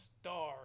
star